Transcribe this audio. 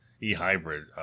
E-Hybrid